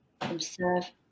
Observe